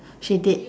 she did